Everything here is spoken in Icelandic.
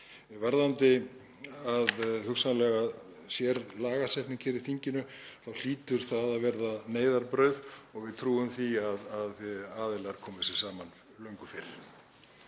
Varðandi hugsanlega sérlagasetningu hér í þinginu þá hlýtur það að verða neyðarbrauð og við trúum því að aðilar komi sér saman löngu fyrr.